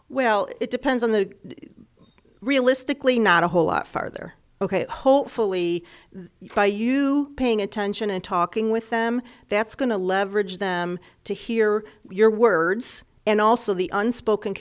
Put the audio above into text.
well it depends on the realistically not a whole lot farther ok hopefully by you paying attention and talking with them that's going to leverage them to hear your words and also the unspoken